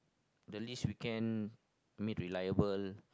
the least we can made reliable